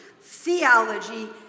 theology